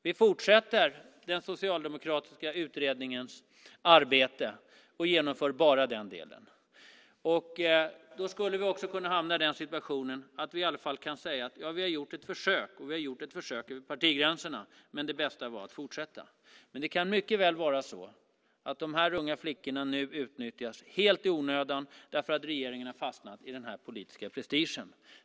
Vi fortsätter den socialdemokratiska utredningens arbete och genomför bara den delen. Då skulle vi också kunna hamna i den situationen att vi i alla fall kan säga: Ja, vi har gjort ett försök, och vi har gjort ett försök över partigränserna, men det bästa är att fortsätta. Men det kan mycket väl vara så att de här unga flickorna nu utnyttjas helt i onödan därför att regeringen har fastnat i den politiska prestigen.